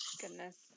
goodness